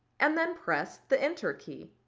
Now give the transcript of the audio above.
and then press the enter key.